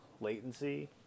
latency